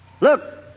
Look